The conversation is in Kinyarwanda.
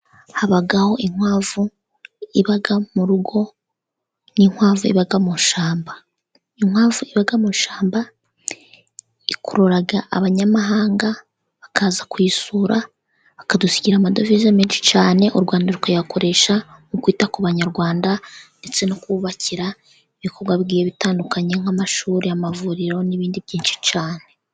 Habaho inkwavu iba mu rugo, n'inkwavu iba mu ishyamba, inkwavu iba mu ishyamba, ikurura abanyamahanga bakaza kuyisura, bakadusigira amadovize menshi cyane, u Rwanda rukayakoresha mu kwita ku banyarwanda, ndetse no kububakira ibikorwa bigiye bitandukanye, nk'amashuri, amavuriro n'ibindi bikorwa byinshi cyane.